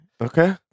Okay